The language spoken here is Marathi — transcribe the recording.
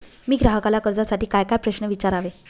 मी ग्राहकाला कर्जासाठी कायकाय प्रश्न विचारावे?